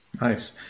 Nice